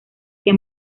que